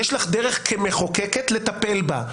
יש לך דרך כמחוקקת לטפל בה.